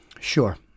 Sure